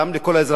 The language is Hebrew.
או דין שונה,